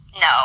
No